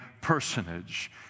personage